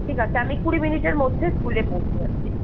ঠিক আছে আমি কুড়ি মিনিটের মধ্যে স্কুলে পৌঁছে যাচ্ছি